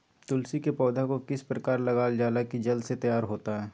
तुलसी के पौधा को किस प्रकार लगालजाला की जल्द से तैयार होता है?